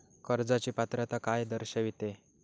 कर्जाची पात्रता काय दर्शविते?